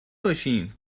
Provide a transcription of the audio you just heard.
باشیم